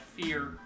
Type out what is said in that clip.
fear